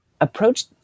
approach